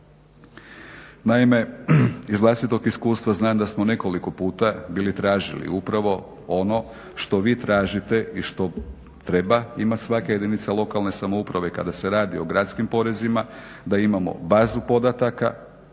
Naime, iz vlastitog iskustva znam da smo nekoliko puta bili tražili upravo ono što vi tražite i što treba imati svaka jedinica lokalne samouprave kada se radi o gradskim porezima, da imamo bazu podataka,